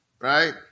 right